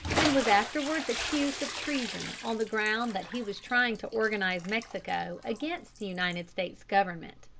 and was afterwards accused of treason on the ground that he was trying to organize mexico against the united states government.